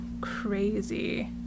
crazy